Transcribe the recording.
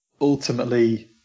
ultimately